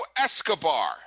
Escobar